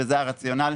וזה הרציונל,